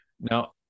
Now